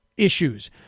issues